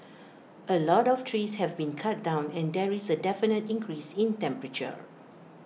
A lot of trees have been cut down and there is A definite increase in temperature